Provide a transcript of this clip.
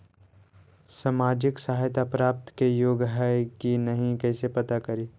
सामाजिक सहायता प्राप्त के योग्य हई कि नहीं कैसे पता करी?